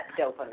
dopamine